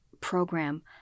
program